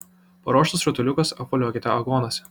paruoštus rutuliukus apvoliokite aguonose